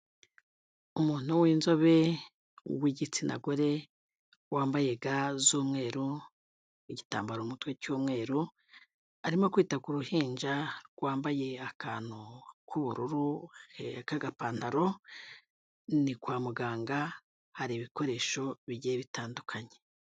Umuntu w'inzobe w'igitsina gore wambaye ga z'umweru, igitambaro umutwe cy'umweru, arimo kwita ku ruhinja rwambaye akantu k'ubururu k'agapantaro, ni kwa muganga hari ibikoresho bigiye bitandukanye.